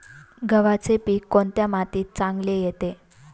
गव्हाचे पीक कोणत्या मातीत चांगले येते?